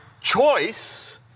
choice